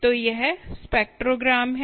तो यह स्पेक्ट्रोग्राम है